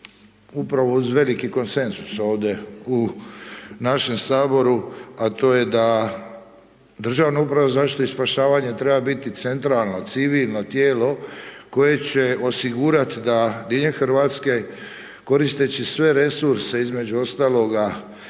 upravo uz veliki konsenzus ovdje u našem Saboru a to je da Državna uprava za zaštitu i spašavanje treba biti centralno, civilno tijelo koje će osigurati da diljem Hrvatske koristeći sve resurse između ostaloga